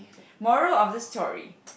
moral of the story